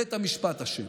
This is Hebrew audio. בית המשפט אשם.